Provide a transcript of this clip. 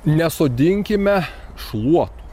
nesodinkime šluotų